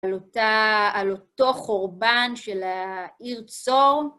על אותו חורבן של העיר צור.